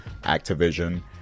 Activision